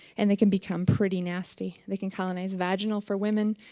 and they can become pretty nasty. they can colonize vaginal for women,